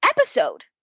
episode